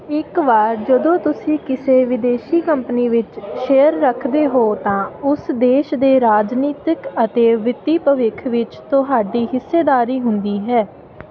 ਇੱਕ ਵਾਰ ਜਦੋਂ ਤੁਸੀਂ ਕਿਸੇ ਵਿਦੇਸ਼ੀ ਕੰਪਨੀ ਵਿੱਚ ਸ਼ੇਅਰ ਰੱਖਦੇ ਹੋ ਤਾਂ ਉਸ ਦੇਸ਼ ਦੇ ਰਾਜਨੀਤਕ ਅਤੇ ਵਿੱਤੀ ਭਵਿੱਖ ਵਿੱਚ ਤੁਹਾਡੀ ਹਿੱਸੇਦਾਰੀ ਹੁੰਦੀ ਹੈ